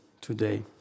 today